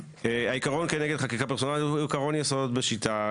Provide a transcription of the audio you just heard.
העיקרון כנגד חקיקה פרסונלית הוא עקרון יסוד בשיטה.